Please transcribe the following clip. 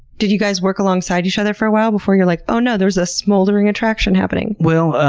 did you guys work alongside each other for a while before you were like, oh no! there's a smoldering attraction happening? well,